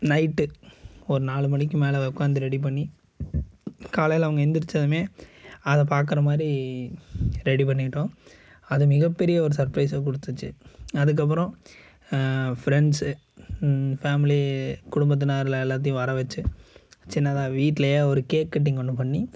night ஒரு நாலு மணிக்கு மேலே உட்கார்ந்து ரெடி பண்ணி காலையில் அவங்க எந்திரிச்சதும் அதை பார்க்கற மாதிரி ரெடி பண்ணிட்டோம் அது மிகப்பெரிய ஒரு சர்பிரைஸை கொடுத்துச்சி அதுக்கப்புறோம் ஃப்ரெண்ட்ஸு ஃபேம்லி குடும்பத்தினரில் எல்லாத்தையும் வர வைச்சு சின்னதாக வீட்டிலையே ஒரு கேக் கட்டிங் ஒன்று பண்ணி